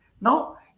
now